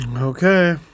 Okay